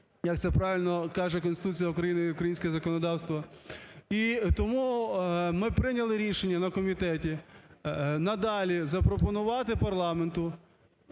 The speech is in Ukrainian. як це правильно каже Конституція України і українське законодавства. І тому ми прийняли рішення на комітеті надалі запропонувати парламенту